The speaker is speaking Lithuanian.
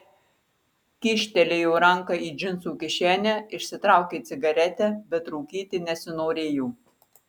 kyštelėjo ranką į džinsų kišenę išsitraukė cigaretę bet rūkyti nesinorėjo